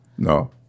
No